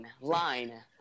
line